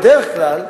בדרך כלל,